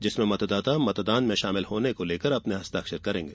जिसमें मतदाता मतदान में शामिल होने को लेकर अपने हस्ताक्षर करेंगे